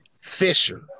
Fisher